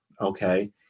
Okay